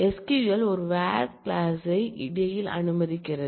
SQL ஒரு where clause ஐ இடையில் அனுமதிக்கிறது